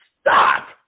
Stop